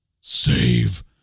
save